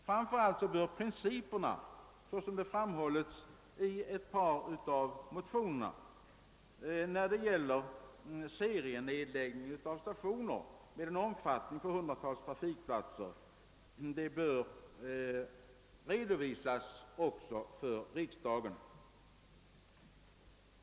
Framför allt bör principerna, såsom framhållits i ett par av motionerna, när det gäller serienedläggning av stationer med en omfattning av hundratals trafikplatser redovisas också för riksdagen.